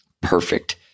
perfect